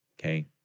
Okay